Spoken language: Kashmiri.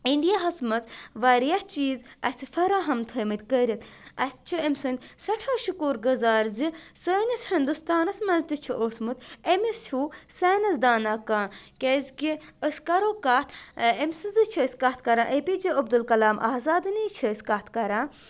انڈیاہس منٛز واریاہ چیٖز اسہِ فراہم تھٲے مٕتۍ کٔرِتھ اسہِ چھِ أمۍ سٕنٛدۍ سٮ۪ٹھاہ شُکر گُزار زِ سٲنِس ہندوستانس منٛز تہِ چھُ اوسمُت أمِس ہیوٗ ساینس دانا کانٛہہ کیٛازِ کہِ أسۍ کرو کتھ أمۍ سٕنٛزٕ چھِ أسۍ کتھ کران A P J Abdul Kalam آزادٕنی چھِ أسۍ کتھ کران